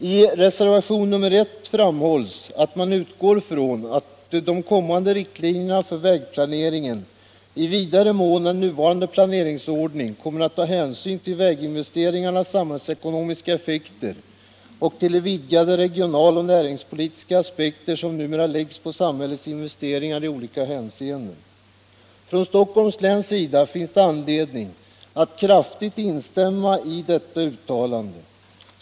I reservationen 1 framhålls att man utgår ifrån att de kommande riktlinjerna för vägplaneringen i vidare mån än nuvarande planeringsordning kommer att ta hänsyn till väginvesteringarnas samhällsekonomiska effekter och till de vidgade regionaloch näringspolitiska aspekter som numera läggs på samhällets investeringar i olika hänseenden. Från Stockholms läns sida finns det anledning att kraftigt instämma i detta uttalande.